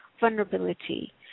vulnerability